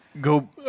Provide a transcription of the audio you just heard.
go